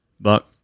Buck